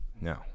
no